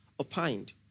opined